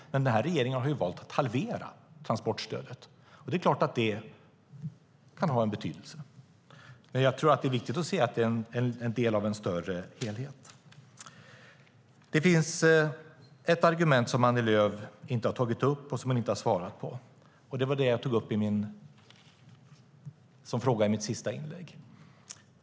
Den här regeringen har valt att halvera transportstödet, och det är klart att det kan ha betydelse. Men jag tror att det är viktigt att se att det är en del av en större helhet. Det finns ett argument som Annie Lööf inte har tagit upp och som hon inte har svarat på, och det var det jag tog upp i mitt förra inlägg.